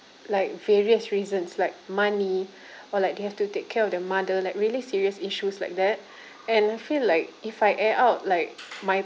like various reasons like money or like they have to take care of their mother like really serious issues like that and I feel like if I air out like my